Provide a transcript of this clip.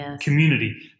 community